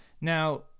Now